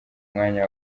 mwanya